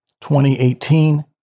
2018